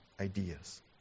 ideas